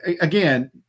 again